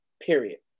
period